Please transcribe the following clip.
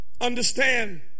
understand